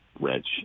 Rich